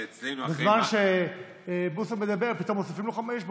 בזמן שבוסו מדבר פתאום מוסיפים לו חמש דקות,